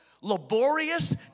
laborious